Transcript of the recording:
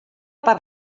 per